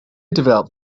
developed